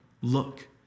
Look